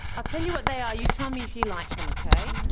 i'll tell you what they are, you tell me if you like them, okay?